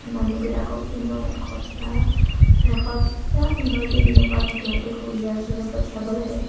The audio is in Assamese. মানুহবিলাককতো মই এসপ্তাহ এসপ্তাহ পোন্ধৰ দিন এনেকুৱা ভিতৰতে কুৰীয়াৰ যোগে পঠিয়াব লাগে